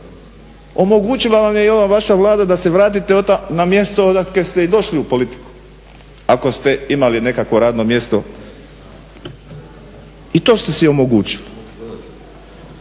Omogućila vam je i ova vaša Vlada da se vratite na mjesto odakle ste i došli u politiku ako ste imali nekakvo radno mjesto i to ste si omogućili.